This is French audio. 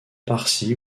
parsi